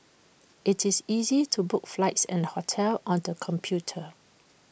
IT is easy to book flights and hotels on the computer